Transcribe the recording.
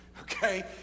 okay